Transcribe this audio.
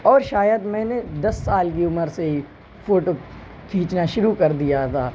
اور شاید میں نے دس سال کی عمر سے ہی فوٹو کھینچنا شروع کر دیا تھا